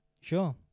Sure